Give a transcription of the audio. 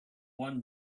one